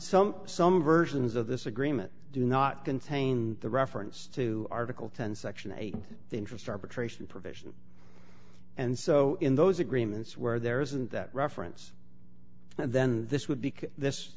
so some versions of this agreement do not contain the reference to article ten section eight the interest arbitration provision and so in those agreements where there isn't that reference and then this would be this